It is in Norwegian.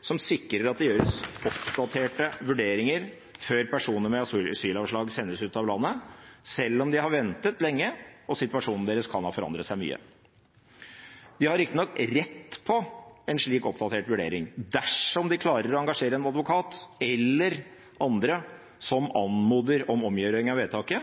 som sikrer at det gjøres oppdaterte vurderinger før personer med asylavslag sendes ut av landet, selv om de har ventet lenge, og situasjonen deres kan ha forandret seg mye. De har riktignok rett til en slik oppdatert vurdering dersom de klarer å engasjere en advokat, eller andre, som anmoder om omgjøring av vedtaket,